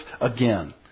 again